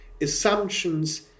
assumptions